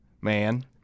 man